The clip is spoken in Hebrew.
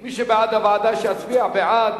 מי שבעד הוועדה שיצביע בעד.